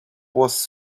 was